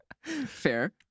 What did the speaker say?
Fair